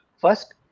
First